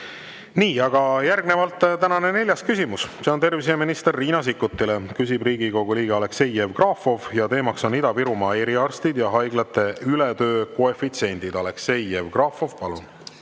Nii, järgnevalt tänane neljas küsimus. See on terviseminister Riina Sikkutile, küsib Riigikogu liige Aleksei Jevgrafov ning teema on Ida-Virumaa eriarstid ja haiglate ületöö koefitsiendid. Aleksei Jevgrafov, palun!